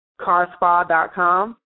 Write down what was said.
carspa.com